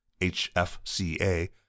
HFCA